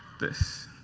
this.